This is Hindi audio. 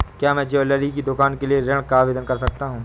क्या मैं ज्वैलरी की दुकान के लिए ऋण का आवेदन कर सकता हूँ?